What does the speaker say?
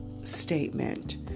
statement